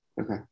okay